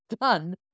done